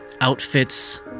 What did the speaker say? outfits